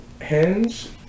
hinge